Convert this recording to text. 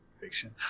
fiction